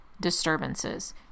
disturbances